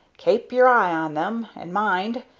kape your eye on them and mind,